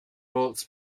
bolts